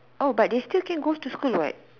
oh but they still can go to school what